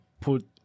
put